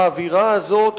האווירה הזאת,